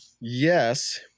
Yes